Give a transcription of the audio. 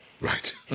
Right